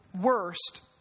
worst